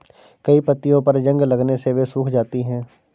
कई पत्तियों पर जंग लगने से वे सूख जाती हैं